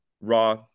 raw